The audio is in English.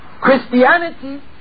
Christianity